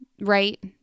right